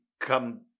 come